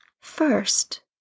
First